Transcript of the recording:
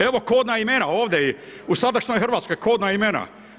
Evo kodna imena ovdje u sadašnjoj Hrvatskoj kodna imena.